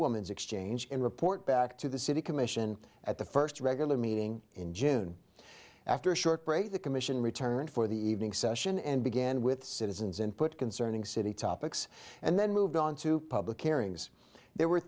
woman's exchange and report back to the city commission at the first regular meeting in june after a short break the commission returned for the evening session and began with citizens input concerning city topics and then moved on to public hearings there were